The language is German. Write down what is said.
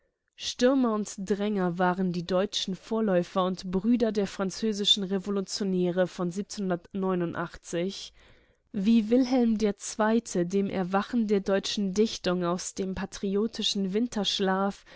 stürmer und dränger waren die deutschen vorläufer und brüder der französischen revolutionäre von wie wilhelm ii dem erwachen der deutschen dichtung aus dem patriotischen winterschlaf